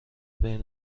بین